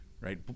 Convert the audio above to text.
right